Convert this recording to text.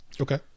Okay